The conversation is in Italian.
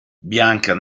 bianca